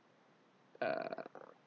uh